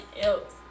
else